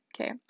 okay